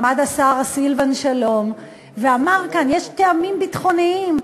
עמד השר סילבן שלום ואמר כאן: יש טעמים ביטחוניים.